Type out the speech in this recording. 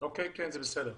זה בסדר.